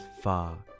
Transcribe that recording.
far